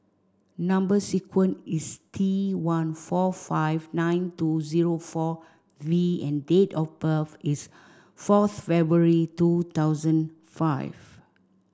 number sequence is T one four five nine two zero four V and date of birth is fourth February two thousand five